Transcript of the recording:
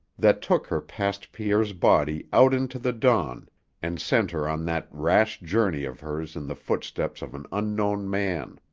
that took her past pierre's body out into the dawn and sent her on that rash journey of hers in the footsteps of an unknown man.